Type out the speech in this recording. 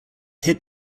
hit